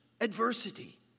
adversity